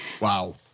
Wow